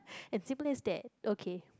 as simple as that okay